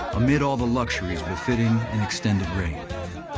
amid all the luxuries befitting an extended reign. that